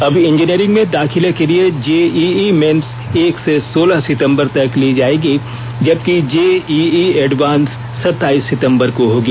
अब इंजीनियरिंग में दाखिले कि लिए जेईई मेन्स एक से सोलह सितंबर तक ली जाएगी जबकि जेईई एडवांस सताईस सितंबर को होगी